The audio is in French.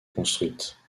construite